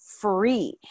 free